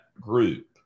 group